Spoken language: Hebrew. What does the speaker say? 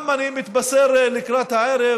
אני גם מתבשר, לקראת הערב,